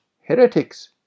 heretics